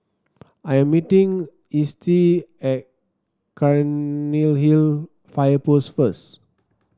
I am meeting Estie at Cairnhill Fire Post first